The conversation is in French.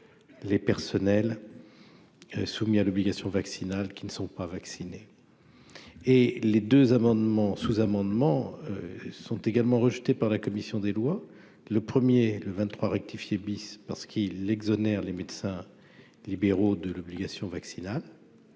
les personnels soumis à l'obligation vaccinale qui ne sont pas vaccinés, et les 2 amendements sous-amendements sont également rejetés par la commission des lois, le premier, le 23 rectifié bis parce qu'il exonère les médecins libéraux de l'obligation vaccinale